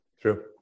True